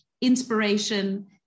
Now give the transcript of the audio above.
Inspiration